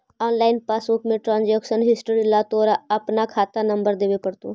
online passbook में transaction history ला तोरा अपना खाता नंबर देवे पडतो